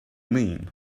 mean